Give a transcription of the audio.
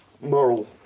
moral